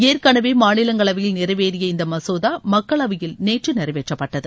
ஏற்கெனவே மாநிலங்களவையில் நிறைவேறிய இந்த மசோதா மக்களவையில் நேற்று நிறைவேற்றப்பட்டது